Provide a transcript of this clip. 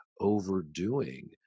overdoing